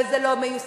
וזה לא מיושם,